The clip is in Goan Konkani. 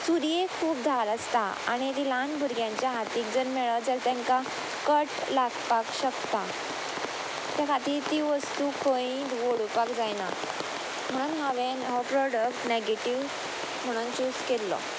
सुर्येक खूब धार आसता आनी ती ल्हान भुरग्यांच्या हातीक जर मेळत जाल्यार तेंकां कट लागपाक शकता त्या खातीर ती वस्तू खंय वोडोपाक जायना म्हणून हांवेन हो प्रोडक्ट नॅगेटीव म्हणून चूज केल्लो